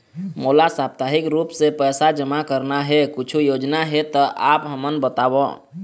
मोला साप्ताहिक रूप से पैसा जमा करना हे, कुछू योजना हे त आप हमन बताव?